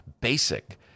basic